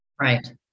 Right